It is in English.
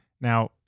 Now